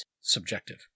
subjective